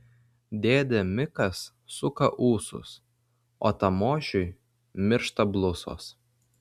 dėdė mikas suka ūsus o tamošiui miršta blusos